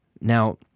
Now